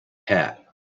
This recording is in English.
cat